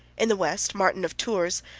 in the west, martin of tours,